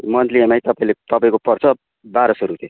monthly EMI तपाईँले तपाईँको पर्छ बाह्र सौ रुपियाँ